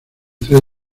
tres